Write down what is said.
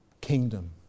kingdom